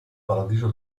paradiso